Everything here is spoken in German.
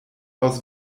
aus